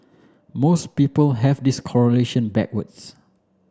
most people have this correlation backwards